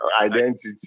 identity